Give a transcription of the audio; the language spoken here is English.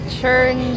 Churn